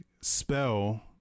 spell